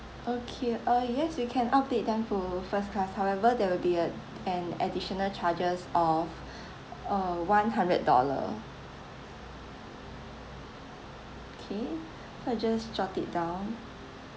okay ah yes we can upgrade them to first class however there will be a an additional charges of uh one hundred dollar okay so I just jot it down